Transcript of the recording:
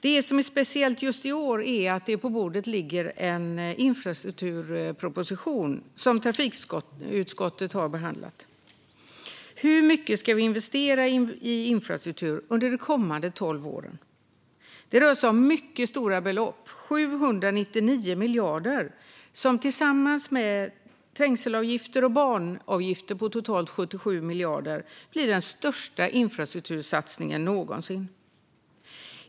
Det som är speciellt just i år är att det på bordet ligger en infrastrukturproposition som trafikutskottet har behandlat. Hur mycket ska vi investera i infrastruktur under de kommande tolv åren? Det rör sig om mycket stora belopp, 799 miljarder, som tillsammans med trängselavgifter och banavgifter på totalt 77 miljarder blir den största infrastruktursatsningen någonsin.